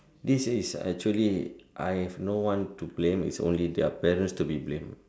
this is actually I have no one to blame it's only their parents to be blame